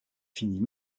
finit